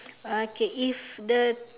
okay if the